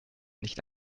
nicht